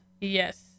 Yes